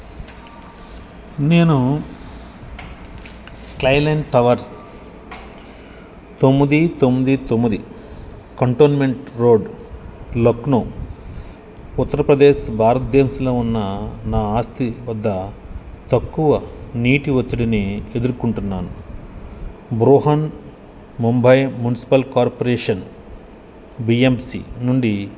నేను Skyline Towers తొమ్మిది తొమ్మిది తొమ్మిది కంటోన్మెంట్ రోడ్ లక్నో ఉత్తరప్రదేశ్ భారతదేశంలో ఉన్న నా ఆస్తి వద్ద తక్కువ నీటి ఒత్తిడిని ఎదుర్కుంటున్నాను Brihan Mumbai municipal corporation BMC నుండి